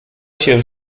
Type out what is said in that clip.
się